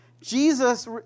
Jesus